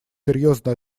серьезно